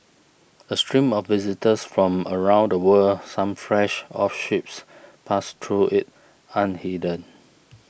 a stream of visitors from around the world some fresh off ships passed through it unhindered